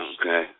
Okay